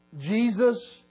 Jesus